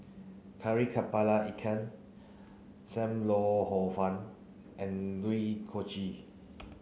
Kari Kepala Ikan Sam Lau Hor Fun and Kuih Kochi